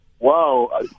Wow